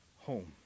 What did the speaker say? home